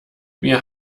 wir